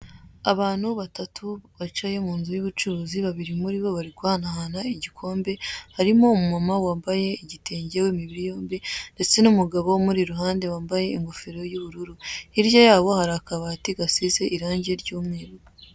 Abantu batatu bicaye munzu yubucuruzi, babiri muri bo bari guhanahana igikombe, harimo umumama wambaye igitenge w'imibiri yombi ndetse n'umugabo umuri iruhande wambaye ingofero y'ubururu, hirya yabo hari akabati gasize irange ry'umweru.